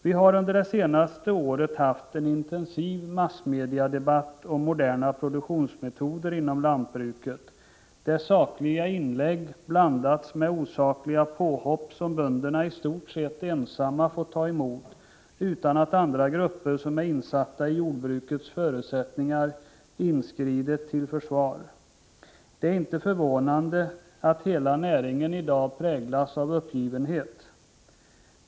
Vi har under det senaste året haft en intensiv massmediadebatt om moderna produktionsmetoder inom lantbruket där sakliga inlägg blandats med osakliga påhopp som bönderna i stort sett ensamma fått ta emot, utan att andra grupper som är insatta i jordbrukets förutsättningar inskridit till försvar. Det är inte förvånande att hela näringen i dag präglas av uppgivenhet.